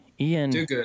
Ian